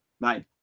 bye